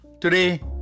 today